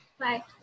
Bye